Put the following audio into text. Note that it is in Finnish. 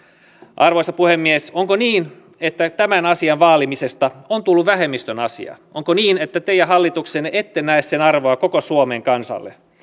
arvoisa puhemies onko niin että tämän asian vaalimisesta on tullut vähemmistön asia onko niin että te hallituksessa ette näe sen arvoa koko suomen kansalle